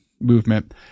movement